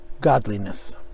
godliness